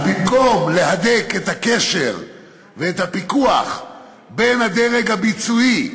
אז במקום להדק את הקשר ואת הפיקוח בין הדרג הביצועי,